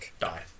Die